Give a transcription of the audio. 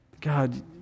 God